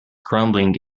crumbling